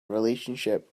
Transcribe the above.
relationship